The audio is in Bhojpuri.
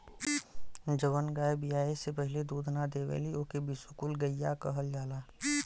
जवन गाय बियाये से पहिले दूध ना देवेली ओके बिसुकुल गईया कहल जाला